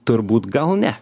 turbūt gal ne